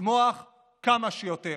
ולצמוח כמה שיותר.